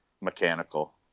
Mechanical